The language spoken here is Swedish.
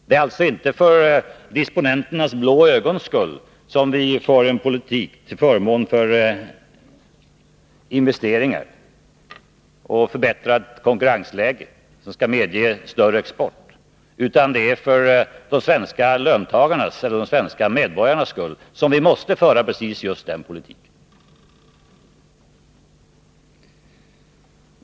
Det är alltså inte för disponenternas blå ögons skull som vi för en politik till förmån Nr 156 för investeringar och ett förbättrat konkurrensläge som kan medge större export. Det är för de svenska medborgarnas skull som vi måste föra den politiken.